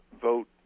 vote